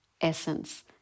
essence